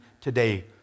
today